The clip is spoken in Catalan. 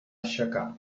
aixecar